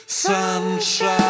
sunshine